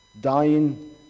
dying